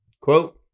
quote